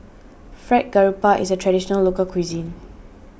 Fried Garoupa is a Traditional Local Cuisine